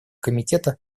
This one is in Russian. комитета